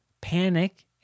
panic